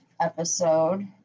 episode